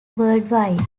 worldwide